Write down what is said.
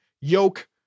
Yoke